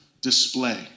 display